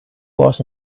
was